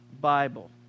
Bible